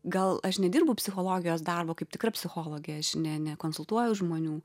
gal aš nedirbu psichologijos darbo kaip tikra psichologė aš ne ne nekonsultuoju žmonių